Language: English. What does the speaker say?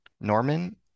norman